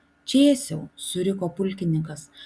čėsiau suriko pulkininkas